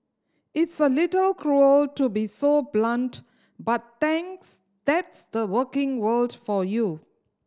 it's a little cruel to be so blunt but that's the working world for you